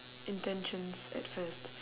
intentions at first